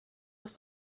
was